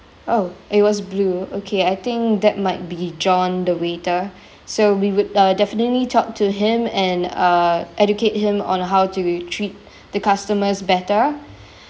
oh it was blue okay I think that might be john the waiter so we would uh definitely talk to him and uh educate him on how to treat the customers better